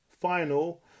final